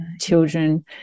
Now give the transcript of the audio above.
children